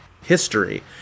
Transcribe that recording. history